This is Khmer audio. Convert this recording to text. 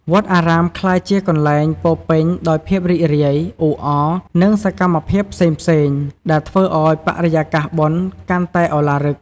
វត្តអារាមក្លាយជាកន្លែងពោរពេញដោយភាពរីករាយ អ៊ូអរ និងសកម្មភាពផ្សេងៗ ដែលធ្វើឱ្យបរិយាកាសបុណ្យកាន់តែឱឡារិក។